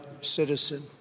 citizen